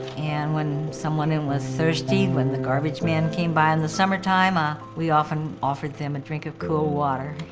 and when someone was thirsty, when the garbage man came by in the summer time ah we often offered them a drink of cool water.